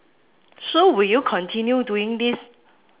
so will you continue doing this